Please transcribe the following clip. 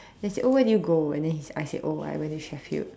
then he said oh where did you go and then he I said oh I went to Sheffield